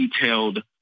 detailed